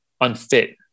unfit